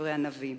כדברי הנביא.